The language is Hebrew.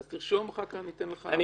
אז תרשום לך ואחר כך ניתן לך גם לדבר.